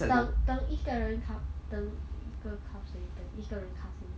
等等一个人咖等一个咖啡等一个人咖啡